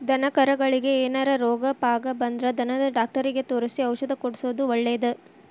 ದನಕರಗಳಿಗೆ ಏನಾರ ರೋಗ ಪಾಗ ಬಂದ್ರ ದನದ ಡಾಕ್ಟರಿಗೆ ತೋರಿಸಿ ಔಷಧ ಕೊಡ್ಸೋದು ಒಳ್ಳೆದ